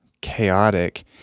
chaotic